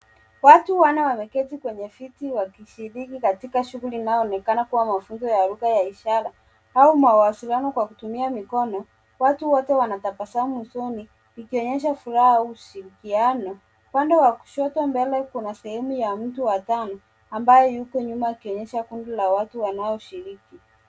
Watu wanne wameketi kwenye viti wakishiriki katika shughuli inayoonekana kuwa mafunzo ya lugha ya ishara au mawasiliano kwa kutumia mikono. Watu wote wanatabasamu usoni ikionyesha furaha au ushirikiano. Upande wa kushoto mbele kuna sehemu ya mtu wa tano ambaye yuko nyuma akionyesha kundi la watu wanaoshiriki.